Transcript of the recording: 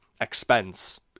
expense